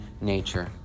nature